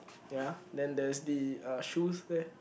ya then there's the uh shoes there